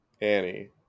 Annie